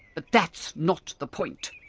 but that's not the point.